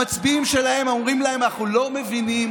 המצביעים שלהם אומרים להם: אנחנו לא מבינים